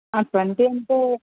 twenty అంటే